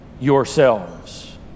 yourselves